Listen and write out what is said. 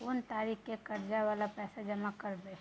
कोन तारीख के कर्जा वाला पैसा जमा करबे?